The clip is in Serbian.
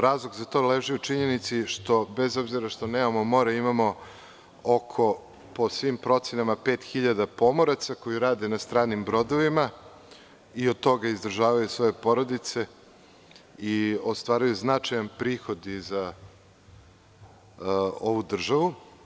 Razlog za to leži u činjenici što, bez obzira što nemamo more, imamo oko 5.000 pomoraca koji rade na stranim brodovima i od toga izdržavaju svoje porodice i ostvaruju značajan prihod i za ovu državu.